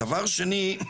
דבר שני,